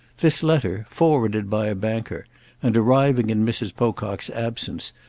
this letter, forwarded by a banker and arriving in mrs. pocock's absence,